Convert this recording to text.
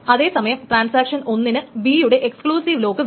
അതേ സമയം ട്രാൻസാക്ഷൻ ഒന്നിന് B യുടെ എക്സ്ക്ലൂസിവ് ലോക്ക് വേണം